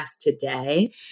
today